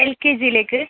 L K ജിയിലേക്ക്